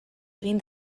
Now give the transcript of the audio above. egin